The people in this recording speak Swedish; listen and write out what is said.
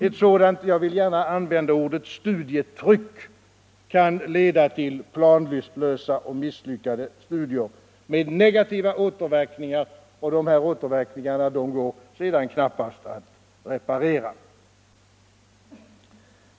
Ett sådant — jag vill gärna använda det ordet — studietryck kan leda till planlösa och misslyckade studier med negativa återverkningar, som sedan knappast går att reparera.